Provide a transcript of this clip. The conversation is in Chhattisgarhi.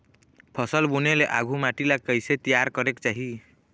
फसल बुने ले आघु माटी ला कइसे तियार करेक चाही?